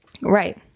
Right